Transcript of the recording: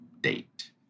date